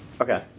Okay